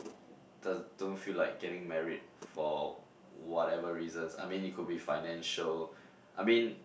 does don't feel like getting married for whatever reasons I mean it could be financial I mean